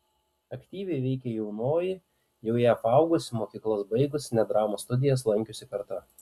aktyviai veikė jaunoji jau jav augusi mokyklas baigusi net dramos studijas lankiusi karta